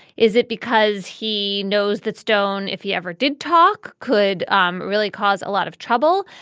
is it because he knows that stone, if he ever did talk, could um really cause a lot of trouble?